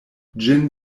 ĝin